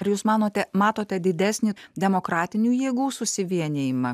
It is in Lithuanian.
ar jūs manote matote didesnį demokratinių jėgų susivienijimą